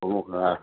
पोइ हा